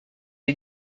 est